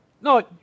No